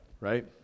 right